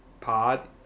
Pod